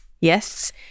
Yes